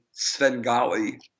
Svengali